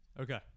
Okay